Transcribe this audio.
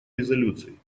резолюций